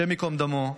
השם ייקום דמו,